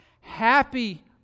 Happy